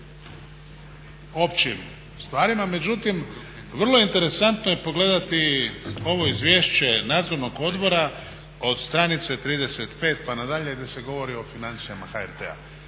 općim stvarima, međutim vrlo interesantno je pogledati ovo izvješće nadzornog odbora od stranice 35 pa nadalje gdje se govorio o financijama HRT-a